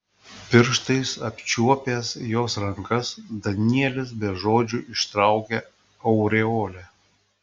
pirštais apčiuopęs jos rankas danielis be žodžių ištraukė aureolę